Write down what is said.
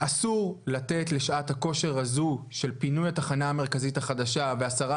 אסור לתת לשעת הכושר הזו של פינוי התחנה המרכזית החדשה והסרת